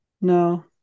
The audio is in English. no